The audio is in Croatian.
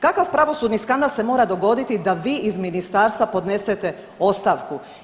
Kakav pravosudni skandal se mora dogoditi da vi iz ministarstva podnesete ostavku?